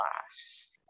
class